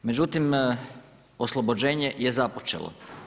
Međutim, oslobođenje je započelo.